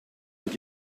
het